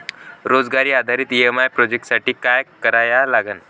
रोजगार आधारित EMI projection साठी का करा लागन?